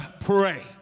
pray